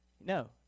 No